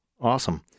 awesome